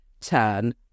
turn